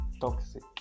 toxic